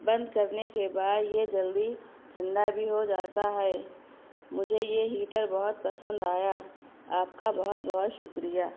بند کر نے کے بعد یہ جلدی ٹھنڈا بھی ہو جاتا ہے مجھے یہ ہیٹر بہت پسند آیا آپ کا بہت بہت شکریہ